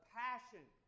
passion